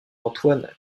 antoine